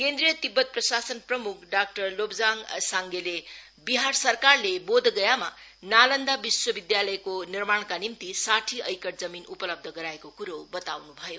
केन्द्रीय तिब्बत प्रशासन प्रम्ख डाक्टर लोप्साङ साङगेले बिहार सरकारले बोधगयामा नालन्दा विश्वविद्यालयको निर्माणका निम्ति साठी एकर जमीन उपलब्ध गराएको कुरो बताउनु भयो